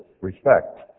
respect